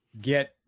get